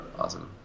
Awesome